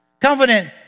Confident